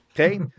Okay